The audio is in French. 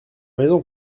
maison